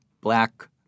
black